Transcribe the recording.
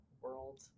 world